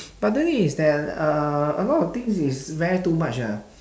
but do you think is that uh a lot of things is very too much ah